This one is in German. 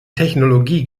technologie